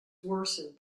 worsened